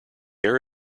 air